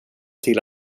till